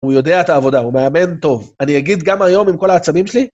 הוא יודע את העבודה, הוא מאמן טוב. אני אגיד גם היום עם כל העצבים שלי?